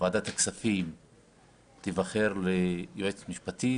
בוועדת הכספים תיבחר ליועצת משפטית,